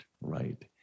right